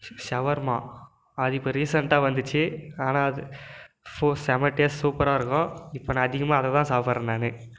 ஷ் shawarma அது இப்போ ரீசண்டாக வந்துச்சு ஆனால் அது ஃபோ செம்ம டேஸ்ட் சூப்பராக இருக்கும் இப்போ நான் அதிகமாக அதை தான் சாப்பிடுறேன் நான்